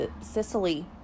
Sicily